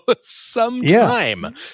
sometime